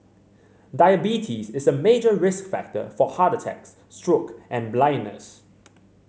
diabetes is a major risk factor for heart attacks stroke and blindness